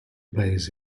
paese